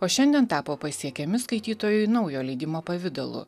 o šiandien tapo pasiekiami skaitytojui naujo leidimo pavidalu